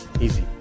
easy